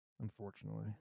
Unfortunately